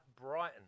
Brighton